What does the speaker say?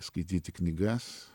skaityti knygas